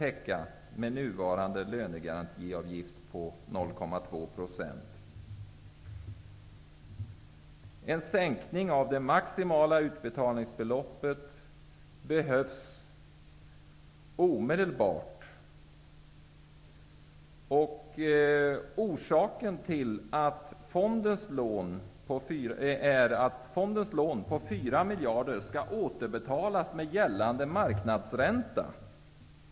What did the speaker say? Den nuvarande lönegarantiavgiften på 0,2 % täcker inte utbetalningarna. En sänkning av det maximala utbetalningsbeloppet behövs omedelbart. Orsaken är att fondens lån på 4 miljarder kronor skall återbetalas med gällande marknadsränta.